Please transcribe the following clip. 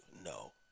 No